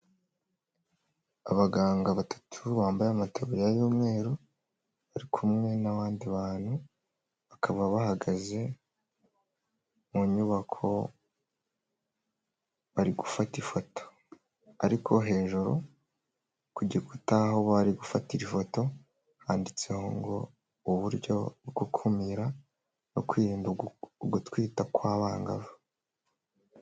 Abaganga batatu bambaye amataburiya y'umweru bari kumwe n'abandi bantu bakaba bahagaze mu nyubako bari gufata ifoto, ariko hejuru kugikuta aho bari gufatira ifoto handitseho ngo uburyo bwo gukumira no kwirinda gutwita kw'abangavu.